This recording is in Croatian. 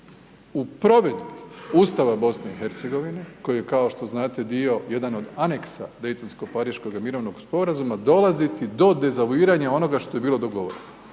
u provedbi Ustava BiH-a koji je kao što znate dio jedan od aneksa daytonsko-pariškoga mirovnog sporazuma, dolaziti do dezavuiranja onog što je bilo dogovoreno.